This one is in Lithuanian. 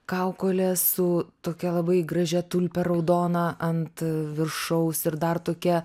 kaukolė su tokia labai gražia tulpe raudona ant viršaus ir dar tokia